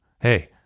Hey